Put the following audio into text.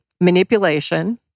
manipulation